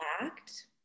act